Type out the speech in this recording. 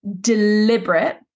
deliberate